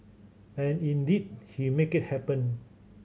and indeed he make it happen